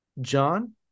John